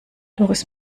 doris